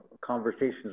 conversations